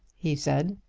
he said.